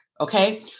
okay